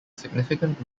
significant